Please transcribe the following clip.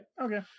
Okay